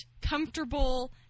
comfortable